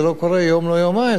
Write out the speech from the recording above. זה לא קורה יום, לא יומיים.